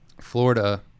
Florida